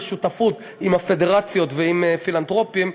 בשותפות עם הפדרציות ועם פילנתרופים,